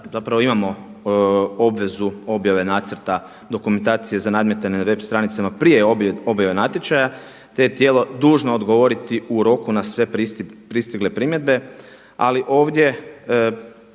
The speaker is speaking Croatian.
zapravo imamo obvezu objave nacrta dokumentacije za nadmetanje na web stranicama prije objave natječaja, te je tijelo dužno odgovoriti u roku na sve pristigle primjedbe. Ali ovdje